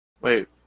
Wait